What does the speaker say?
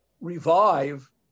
revive